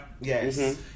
Yes